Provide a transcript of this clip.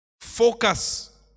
Focus